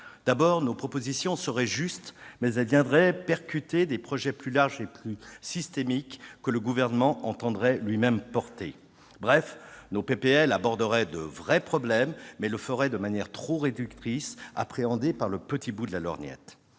D'abord, nos textes seraient justes, mais ils viendraient percuter des projets plus larges et plus systémiques que le Gouvernement entendrait lui-même porter. Bref, nos propositions de loi aborderaient de vrais problèmes, mais elles le feraient de manière trop réductrice, en les appréhendant par le petit bout de la lorgnette.